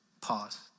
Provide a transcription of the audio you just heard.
Pause